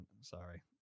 Sorry